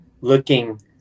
looking